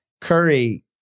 Curry